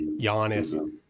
Giannis